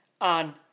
on